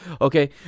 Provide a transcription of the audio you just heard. okay